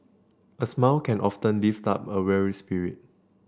a smile can often lift up a weary spirit